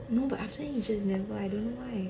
no but after he just never I don't know why